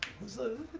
as the